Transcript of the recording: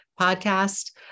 podcast